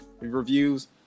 reviews